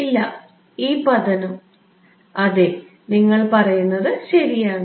ഇല്ല ഈ പതനം അതെ നിങ്ങൾ പറയുന്നത് ശരിയാണ്